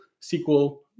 SQL